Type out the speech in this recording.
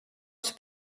els